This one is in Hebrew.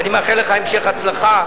ואני מאחל לך המשך הצלחה.